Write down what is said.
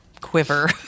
quiver